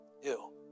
Ew